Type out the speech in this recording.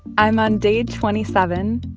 i'm on day twenty seven,